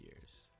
years